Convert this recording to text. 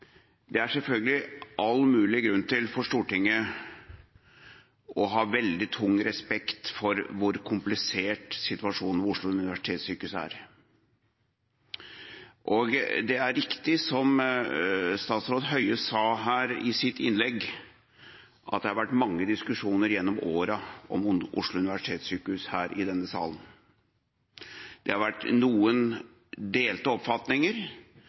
Det er selvfølgelig all mulig grunn for Stortinget til å ha veldig stor respekt for hvor komplisert situasjonen er ved Oslo universitetssykehus, og det er riktig som statsråd Høie sa i sitt innlegg, at det har vært mange diskusjoner gjennom årene om Oslo universitetssykehus her i denne salen. Det har vært noen delte oppfatninger,